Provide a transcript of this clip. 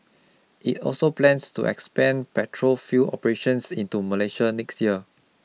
it also plans to expand petrol fuel operations into Malaysia next year